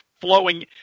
flowing